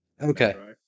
Okay